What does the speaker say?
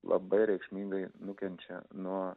labai reikšmingai nukenčia nuo